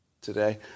today